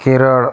Kerala